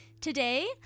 today